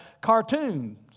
cartoons